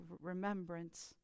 remembrance